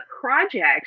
projects